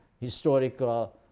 historical